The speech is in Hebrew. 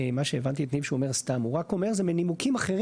ישב הרבה שנים בוועדות קבלה וכמי שעכשיו יש לו נציגים בוועדות הקבלה.